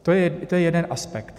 To je jeden aspekt.